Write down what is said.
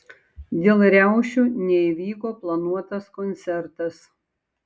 dėl riaušių neįvyko planuotas koncertas